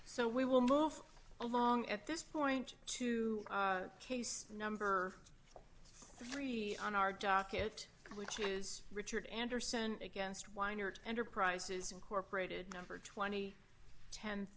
so we will move along at this point to case number three on our docket which is richard anderson against weinert enterprises incorporated number tw